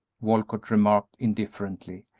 walcott remarked, indifferently,